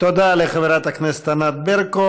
תודה לחברת הכנסת ענת ברקו.